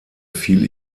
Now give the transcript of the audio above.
fiel